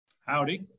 Howdy